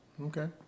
Okay